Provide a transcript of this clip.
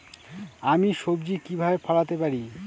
আমি সবজি কিভাবে ফলাতে পারি?